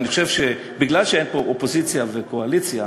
אני חושב שמפני שאין פה אופוזיציה וקואליציה,